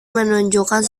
menunjukkan